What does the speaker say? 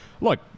look